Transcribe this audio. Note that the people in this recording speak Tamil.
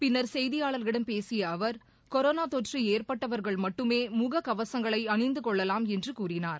பின்னர் செய்தியாளர்களிடம் பேசியஅவர் கொரோனாதொற்றுஏற்பட்டவர்கள் மட்டுமேமுக கவசங்களைஅணிந்துகொள்ளலாம் என்றுகூறினார்